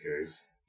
case